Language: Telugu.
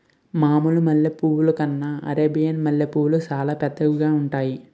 మామూలు మల్లె పువ్వుల కన్నా అరేబియన్ మల్లెపూలు సాలా పెద్దవిగా ఉంతాయి